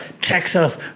Texas